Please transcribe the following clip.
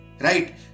right